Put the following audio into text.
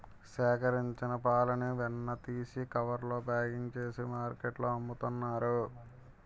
సేకరించిన పాలని వెన్న తీసి కవర్స్ లో ప్యాకింగ్ చేసి మార్కెట్లో అమ్ముతున్నారు